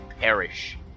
perish